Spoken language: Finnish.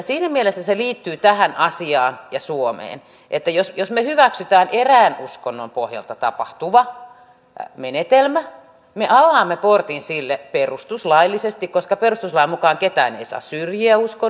siinä mielessä se liittyy tähän asiaan ja suomeen että jos me hyväksymme erään uskonnon pohjalta tapahtuvan menetelmän me avaamme portin sille perustuslaillisesti koska perustuslain mukaan ketään ei saa syrjiä uskonnon vuoksi